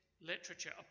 literature